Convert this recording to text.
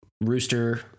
rooster